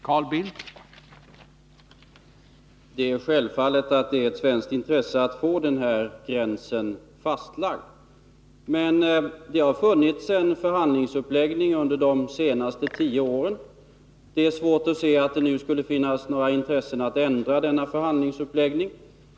Herr talman! Det är självfallet ett svenskt intresse att få den här gränsen fastlagd. Men det har funnits en förhandlingsuppläggning under de senaste tio åren. Det är svårt att se att det nu skulle finnas några intressen att ändra denna förhandlingsuppläggning.